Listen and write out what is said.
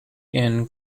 inn